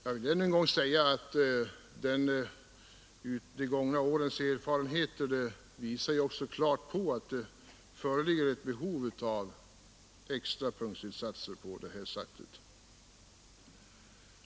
Jag vill än en gång säga att de gångna årens erfarenheter klart visar att det föreligger ett behov av extra punktinsatser.